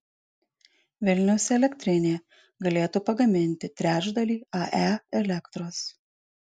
vilniaus elektrinė galėtų pagaminti trečdalį ae elektros